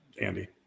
Andy